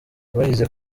bahize